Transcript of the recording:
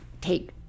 take